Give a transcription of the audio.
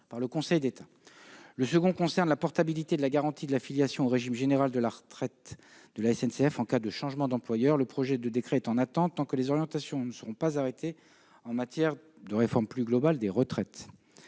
décret concerne la portabilité de la garantie d'affiliation au régime général de retraite de la SNCF en cas de changement d'employeur. Le projet de décret reste en attente des orientations en matière de réforme globale des retraites.